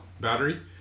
Battery